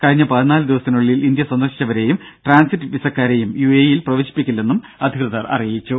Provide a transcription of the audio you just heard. കഴിഞ്ഞ പതിനാലു ദിവസത്തിനുള്ളിൽ ഇന്ത്യ സന്ദർശിച്ചവരെയും ട്രാൻസിറ്റ് വിസക്കാരെയും യു എ ഇ ൽ പ്രവേശിപ്പിക്കില്ലെന്നും അധികൃതർ അറിയിച്ചു